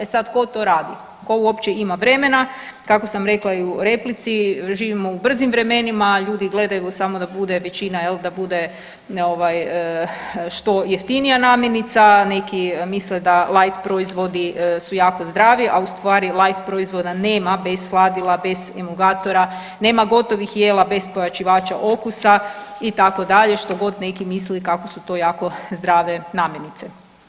E sad tko to radi, tko uopće ima vremena, kako sam rekla i u replici, živimo u brzim vremenima, ljudi gledaju samo da bude, većina jel, da bude ovaj što jeftinija namirnica, neki misle da light proizvodi su jako zdravi, a u stvari light proizvoda nema bez sladila, bez emulgatora, nema gotovih jela bez pojačivača okusa itd., što god neki mislili kako su to jako zdrave namirnice.